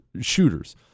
shooters